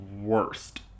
worst